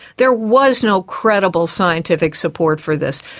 there was no credible scientific support for this.